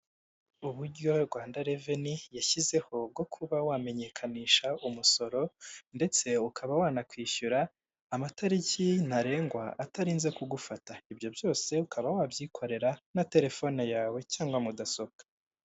Uburyo Rwanda revenu yashyizeho bwo kuba wamenyekanisha umusoro ndetse ukaba wanakwishyura amatariki ntarengwa atarinze kugufata, ibyo byose ukaba wabyikorera na telefone yawe cyangwa mudasobwa.